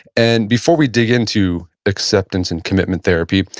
and before we dig into acceptance and commitment therapy,